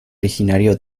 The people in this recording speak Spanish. originario